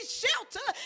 shelter